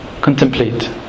contemplate